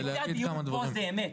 הדיון פה זה האמת,